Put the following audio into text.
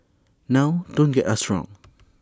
now don't get us wrong